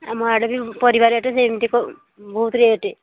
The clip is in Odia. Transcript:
ଆମ ଆଡ଼େ ବି ପରିବା ରେଟ୍ ସେମିତି ବହୁତ ରେଟ୍